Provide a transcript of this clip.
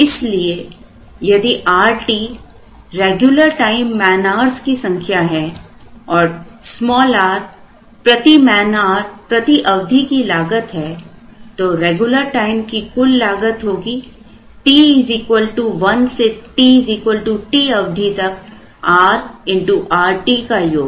इसलिए यदि Rt regular time man hours की संख्या है और rप्रति मैनआउर् प्रति अवधि की लागत है तो रेगुलर टाइम की कुल लागत होगी t 1 से t अवधि तक rRt का योग